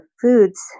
foods